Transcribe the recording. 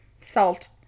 Salt